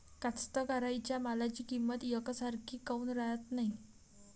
कास्तकाराइच्या मालाची किंमत यकसारखी काऊन राहत नाई?